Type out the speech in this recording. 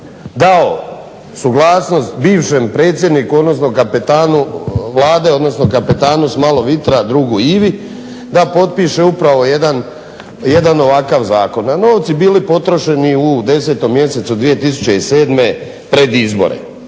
dao suglasnost bivšem predsjedniku, odnosno kapetanu Vlade, odnosno kapetanu s "malo vitra" drugu Ivi da potpiše upravo jedan ovakav zakon. A novci bili potrošeni u 10. mjesecu 2007. pred izbore.